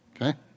Okay